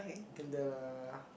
and then uh